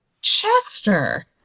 Chester